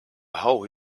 how